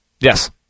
Yes